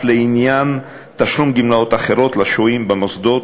לעניין תשלום גמלאות אחרות לשוהים במוסדות,